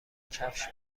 کفش